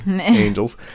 angels